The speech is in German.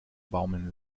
baumeln